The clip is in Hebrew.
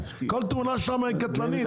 כל תאונה שם היא קטלנית.